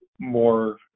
more